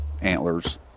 antlers